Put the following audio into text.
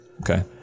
Okay